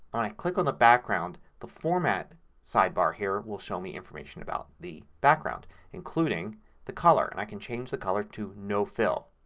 i click on the background the format sidebar here will show me information about the background including the color. and i can change the color to no fill.